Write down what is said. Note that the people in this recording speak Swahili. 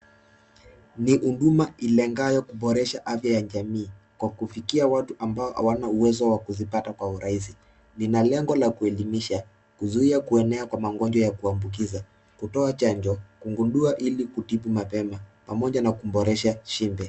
Ni huduma ilengayo kuboresha afya ya jamii, kwa kufikia watu ambao hawana uwezo wa kuzipata kwa urahisi, lina lengo la kuelimisha, kuzuia kuenea kwa magonjwa ya kuambukiza, kutoa chanjo, kugundua ili kutibu mapema, pamoja na kuboresha shinde.